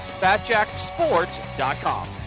FatJackSports.com